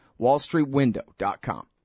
wallstreetwindow.com